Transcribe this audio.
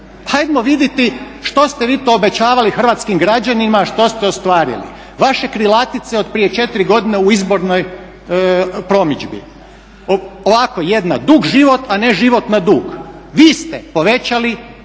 ajmo vidjeti što ste vi to obećavali hrvatskim građanima, a što ste ostvarili. Vaše krilatice od prije 4 godine u izbornoj promidžbi, ovako jedna: ″Dug život a ne život na dug″. Vi ste povećali javni